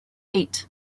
eight